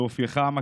באופייך המקסים,